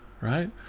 right